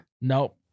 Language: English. Nope